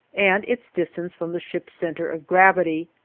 and its distance from the ship's center of gravity,